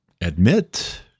admit